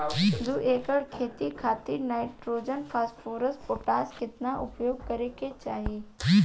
दू एकड़ खेत खातिर नाइट्रोजन फास्फोरस पोटाश केतना उपयोग करे के चाहीं?